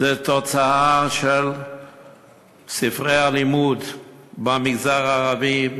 זו תוצאה של ספרי הלימוד במגזר הערבי,